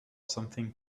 something